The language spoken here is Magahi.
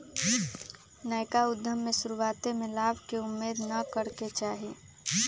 नयका उद्यम में शुरुआते में लाभ के उम्मेद न करेके चाही